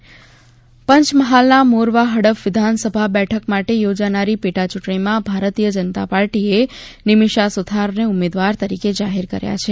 મોરવા ફડફ પેટા ચૂંટણી પંચમહાલનાં મોરવા હડફ વિધાનસભા બેઠક માટે થોજાનારી પેટા ચૂંટણીમાં ભારતીય જનતા પાર્ટીએ નિમિષા સુથારને ઉમેદવાર તરીકે જાહેર કર્યા છે